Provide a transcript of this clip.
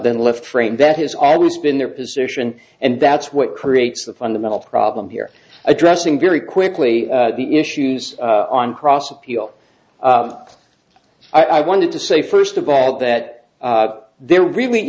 than left frame that has always been their position and that's what creates the fundamental problem here addressing very quickly the issues on cross appeal i wanted to say first of all that there really